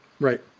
Right